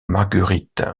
marguerite